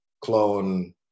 clone